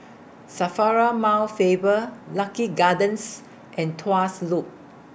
SAFRA Mount Faber Lucky Gardens and Tuas Loop